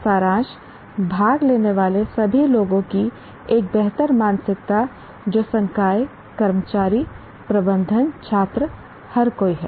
सारांश भाग लेने वाले सभी लोगों की एक बेहतर मानसिकता जो संकाय कर्मचारी प्रबंधन छात्र हर कोई है